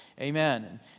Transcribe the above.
Amen